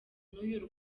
n’uyu